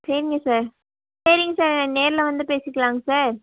சரிங்க சார் சரிங் சார் நேரில் வந்து பேசிக்கலாங் சார்